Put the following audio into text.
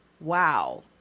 wow